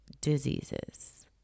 diseases